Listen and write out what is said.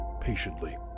patiently